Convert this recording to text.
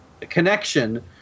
connection